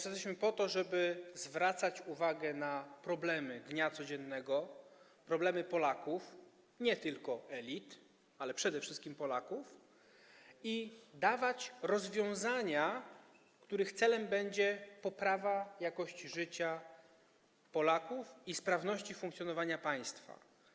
Jesteśmy po to, żeby zwracać uwagę na problemy dnia codziennego, problemy Polaków, nie tylko elit, ale przede wszystkim Polaków, żeby dawać rozwiązania, których celem będzie poprawa jakości życia Polaków i sprawności funkcjonowania państwa.